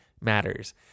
matters